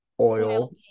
oil